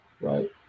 Right